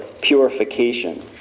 purification